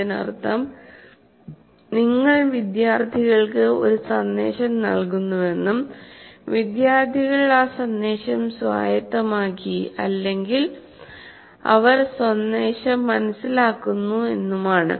അതിനർത്ഥം നിങ്ങൾ വിദ്യാർത്ഥികൾക്ക് ഒരു സന്ദേശം നൽകുന്നുവെന്നും വിദ്യാർത്ഥികൾ ആ സന്ദേശം സ്വായത്തമാക്കി അല്ലെങ്കിൽ അവർ സന്ദേശം മനസ്സിലാക്കുന്നു എന്നാണ്